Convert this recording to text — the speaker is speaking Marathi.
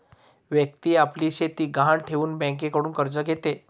व्यक्ती आपली शेती गहाण ठेवून बँकेकडून कर्ज घेते